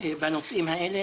בנושאים השונים,